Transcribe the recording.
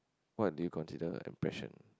what do you consider impression